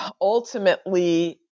ultimately